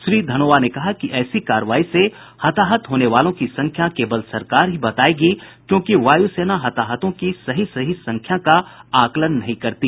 श्री धनोआ ने कहा कि ऐसी कार्रवाई से हताहत होने वालों की संख्या केवल सरकार ही बताएगी क्योंकि वायुसेना हताहतों की सही सही संख्या का आकलन नहीं करती